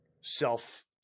self